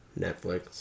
Netflix